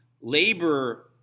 Labor